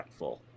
impactful